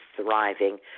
thriving